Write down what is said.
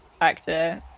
actor